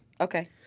Okay